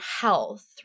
health